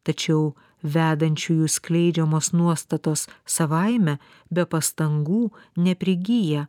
tačiau vedančiųjų skleidžiamos nuostatos savaime be pastangų neprigyja